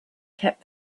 kept